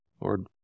Lord